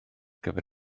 gyfer